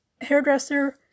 hairdresser